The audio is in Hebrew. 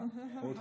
אני מושתל.